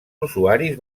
usuaris